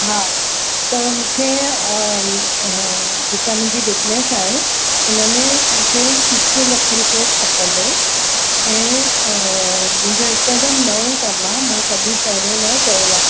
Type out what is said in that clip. हा त मूंखे जेका मुंहिंजी बिज़नेस आहे हुनमें मूंखे हिकु लखु रुपियो खपंदो ऐं मुहिंजो हिकदमि नओ कमु आहे मां कॾहिं पहिरियों न कयो आ